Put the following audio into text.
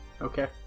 Okay